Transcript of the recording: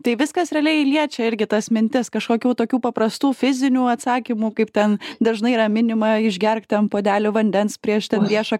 tai viskas realiai liečia irgi tas mintis kažkokių tokių paprastų fizinių atsakymų kaip ten dažnai yra minima išgerk ten puodelį vandens prieš ten viešą